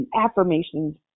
affirmations